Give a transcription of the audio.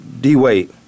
D-Wade